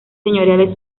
señoriales